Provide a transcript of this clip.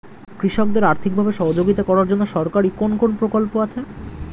কৃষকদের আর্থিকভাবে সহযোগিতা করার জন্য সরকারি কোন কোন প্রকল্প আছে?